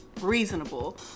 reasonable